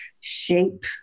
shape